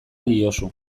diozu